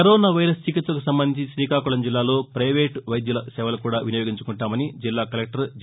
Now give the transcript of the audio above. corona virus చికిత్సకు సంబంధించి శ్రీకాకుళం జిల్లాలో పైవేట్ వైద్యుల సేవలు కూడా వినియోగించుకుంటామని జిల్లా కలెక్టర్ జె